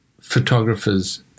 photographers